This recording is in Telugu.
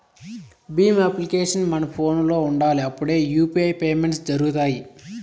భీమ్ అప్లికేషన్ మన ఫోనులో ఉండాలి అప్పుడే యూ.పీ.ఐ పేమెంట్స్ జరుగుతాయి